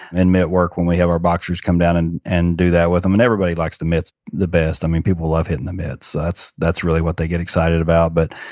and work when we have our boxers come down and and do that with them. and everybody likes the mitts the best. i mean, people love hitting the mitts. that's that's really what they get excited about but,